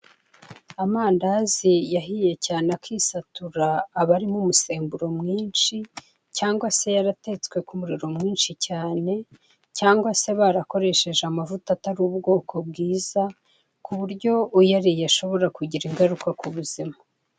Amandazi yahiye cyane akisatura, aba arimo umusemburo mwinshi, cyangwa se yaratetswe ku muriro mwinshi cyane, cyangwa se barakoresjeje amavuta atari ubwoko bwiza, ku buryo uyariye ashobora kugira ingaruka ku buzima.